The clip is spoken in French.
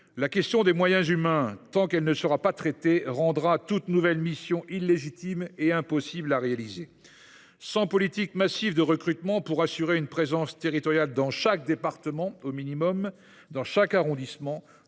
la question des moyens humains rendra toute nouvelle mission illégitime et impossible à réaliser. Sans politique massive de recrutement pour assurer une présence territoriale dans chaque département au minimum, voire dans chaque arrondissement,